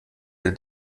der